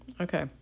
okay